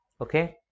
Okay